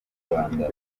rwanda